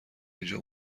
اینجا